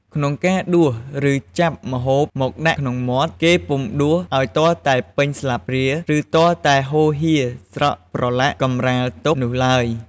ក្នុងការដួសឬចាប់ម្ហូបមកដាក់ក្នុងមាត់ គេពុំដួសឲ្យទាល់តែពេញស្លាបព្រាឬទាល់តែហូរហៀរស្រក់ប្រឡាក់កម្រាលតុនោះឡើយ ។